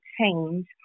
change